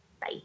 Bye